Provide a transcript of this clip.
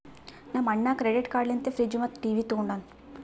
ನಮ್ ಅಣ್ಣಾ credit card ಲಿಂತೆ ಫ್ರಿಡ್ಜ್ ಮತ್ತ ಟಿವಿ ತೊಂಡಾನ